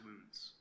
wounds